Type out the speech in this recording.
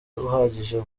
uhagije